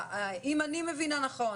אם אני מבינה נכון,